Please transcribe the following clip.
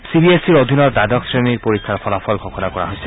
C B S ইৰ অধীনত দ্বাদশ শ্ৰেণীৰ পৰীক্ষাৰ ফলাফল ঘোষণা কৰা হৈছে